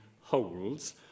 holds